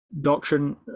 doctrine